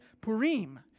Purim